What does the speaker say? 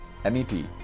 MEP